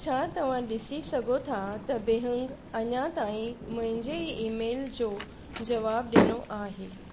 छा तव्हां ॾिसी सघो था त बिहुंग अञां ताईं मुंहिंजे ईमेल जो जवाबु ॾिनो आहे